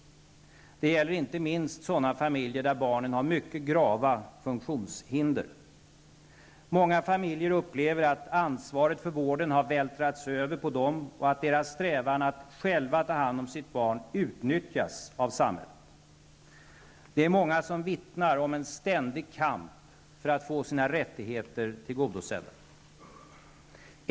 Det gäller inte minst sådana familjer där barnen har mycket grava funktionshinder. Många familjer upplever att ansvaret för vården har vältrats över på dem och att deras strävan att själva ta hand om barnet utnyttjas av samhället. Många vittnar om en ständig kamp för att få sina rättigheter tillgodosedda.